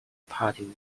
party